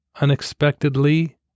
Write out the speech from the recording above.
unexpectedly